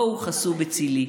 באו חסו בצלי.